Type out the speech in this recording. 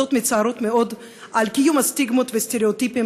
עובדות מצערות מאוד על קיום סטיגמות וסטריאוטיפים